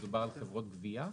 מדובר על חברות גבייה?